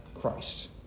Christ